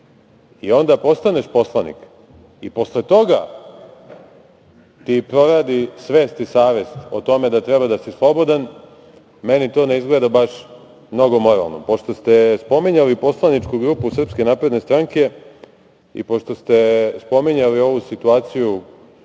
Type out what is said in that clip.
i onda postaneš poslanik i posle toga ti proradi svest i savest o tome da treba da si slobodan, meni to ne izgleda baš mnogo moralno. Pošto ste spominjali poslaničku grupu Srpske napredne stranke i pošto ste spominjali ovu situaciju